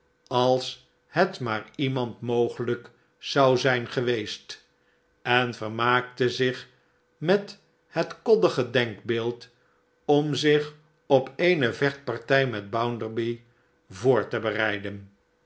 als het maar iemand mogelijk zou zijn geweest en vermaakte zich met het koddige denkbeeld om zich op eene vechtpartij met bounderby voor te bereiden